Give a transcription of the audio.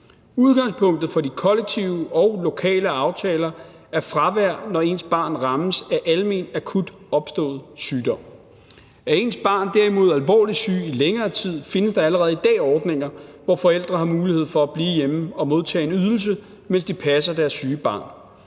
Udgangspunktet for de kollektive og lokale aftaler er fravær, når ens barn rammes af almen akut opstået sygdom. Er ens barn derimod alvorligt syg i længere tid, findes der allerede i dag ordninger, hvor forældre har mulighed for at blive hjemme og modtage en ydelse, mens de passer deres syge barn.